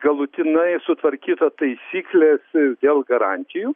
galutinai sutvarkyta taisyklės dėl garantijų